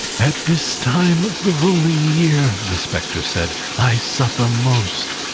at this time of the rolling year, the spectre said, i suffer most.